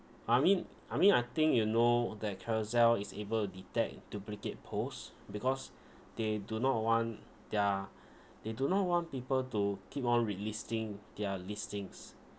I mean I mean I think you know that Carousell is able to detect duplicate posts because they do not want their they do not want people to keep on relisting their listings